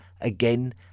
again